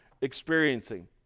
experiencing